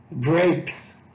grapes